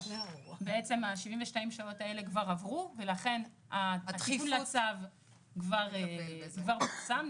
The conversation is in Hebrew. בעצם ה-72 שעות האלה כבר עברו ולכן הדחיפות לצו כבר פורסם,